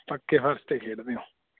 ਪੱਕੇ ਫ਼ਰਸ਼ 'ਤੇ ਖੇਡਦੇ ਹੋ